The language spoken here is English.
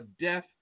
death